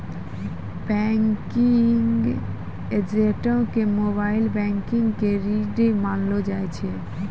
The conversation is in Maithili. बैंकिंग एजेंटो के मोबाइल बैंकिंग के रीढ़ मानलो जाय छै